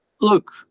Look